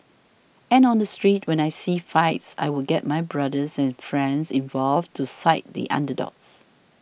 and on the street when I see fights I would get my brothers and friends involved to side the underdogs